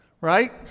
right